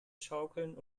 schaukeln